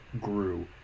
grew